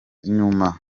nyuma